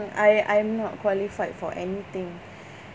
I I'm not qualified for anything